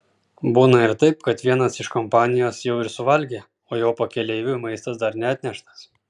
būna ir taip kad vienas iš kompanijos jau ir suvalgė o jo pakeleiviui maistas dar neatneštas